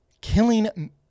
killing